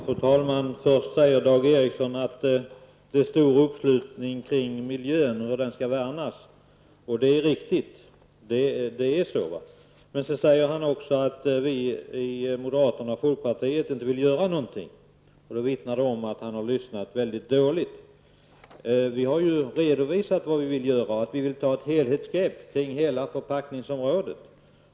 Fru talman! Först säger Dan Ericson att det är stor uppslutning kring värnandet om miljön, och det är riktigt. Men så säger han också att vi i moderata samlingspartiet och folkpartiet inte vill göra någonting. Det vittnar om att han har lyssnat mycket dåligt. Vi har ju redovisat vad vi vill göra -- att vi vill ta ett helhetsgrepp på förpackningsområdet.